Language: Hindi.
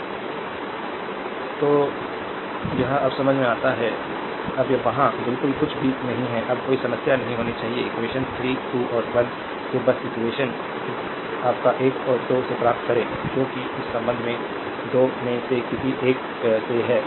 स्लाइड टाइम देखें 3201 तो यह अब समझ में आता है अब वहाँ बिल्कुल कुछ भी नहीं है कि अब कोई समस्या नहीं होनी चाहिए इक्वेशन 3 2 और 1 से बस इक्वेशन your 1 और 2 से प्राप्त करें जो कि इस संबंध 2 में से किसी एक से है